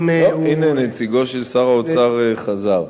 לא, הנה, נציגו של שר האוצר חזר.